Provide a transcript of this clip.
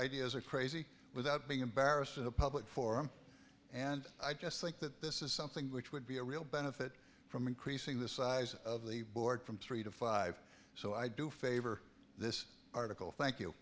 ideas are crazy without being embarrassed of the public forum and i just like that this is something which would be a real benefit from increasing the size of the board from three to five so i do favor this article thank you